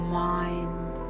mind